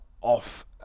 off